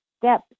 step